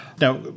Now